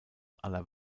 aller